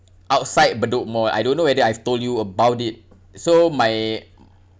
outside bedok mall I don't know whether I've told you about it so my